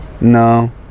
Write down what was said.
no